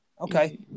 Okay